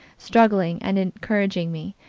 strengthening and encouraging me,